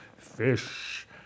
Fish